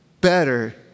better